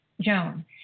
joan